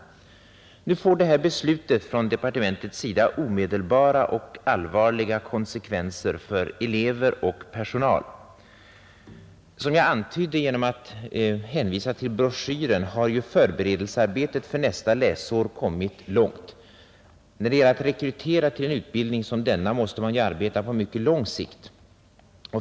Nu får det här beslutet från departementets sida omedelbara och allvarliga konsekvenser för elever och personal. Som jag antydde genom att hänvisa till broschyren har förberedelsearbetet för nästa läsår kommit långt. När det gäller att rekrytera till en utbildning som denna måste man ju arbeta på mycket lång sikt.